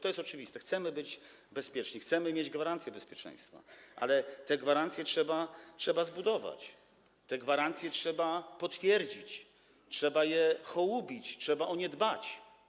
To jest oczywiste - chcemy być bezpieczni, chcemy mieć gwarancje bezpieczeństwa, ale te gwarancje trzeba zbudować, te gwarancje trzeba potwierdzić, trzeba je hołubić, trzeba o nie dbać.